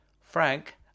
Frank